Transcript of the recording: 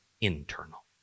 internal